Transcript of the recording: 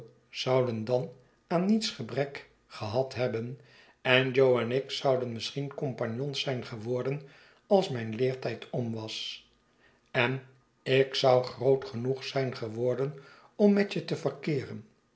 zouden dan aan niets gebrek gehad hebben en joenik zouden misschien compagnons zijn geworden ais mijn leertijd orn was en ik zou groot genoeg zijn geworden om met je te verkeeren